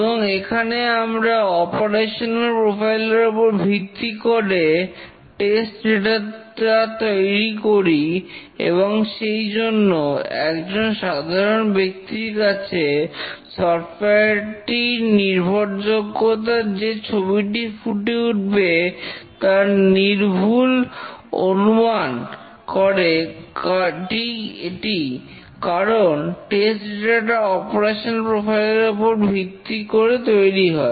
এবং এখানে আমরা অপারেশনাল প্রোফাইল এর উপর ভিত্তি করে টেস্ট ডেটা টা তৈরি করি এবং সেই জন্য একজন সাধারন ব্যক্তির কাছে সফটওয়্যার টির নির্ভরযোগ্যতার যে ছবিটি ফুটে উঠবে তার নির্ভুল অনুমান করে এটি কারণ টেস্ট ডেটা টা অপারেশনাল প্রোফাইল এর উপর ভিত্তি করে তৈরি হয়